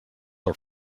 are